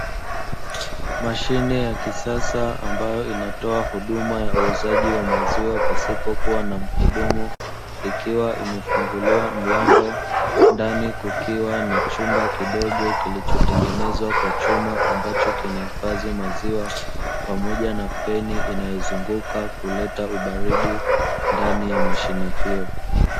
Mashine ya kisasa ambayo inatoa huduma ya uuzaji wa maziwa pasipokuwa na mhudumu, ikiwa imefunguliwa mlango ndani kukiwa na chumba kidogo kilichotengenezwa kwa chuma, ambacho kinahifadhi maziwa pamoja na feni inayozunguka kuleta ubaridi ndani ya mashine hiyo.